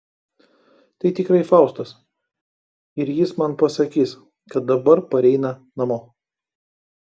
tai tikrai faustas ir jis man pasakys kad dabar pareina namo